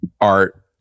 art